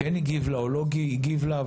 כן הגיב לה או לא הגיב לה,